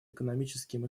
экономическим